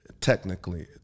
technically